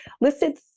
listed